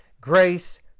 Grace